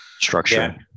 structure